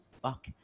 fuck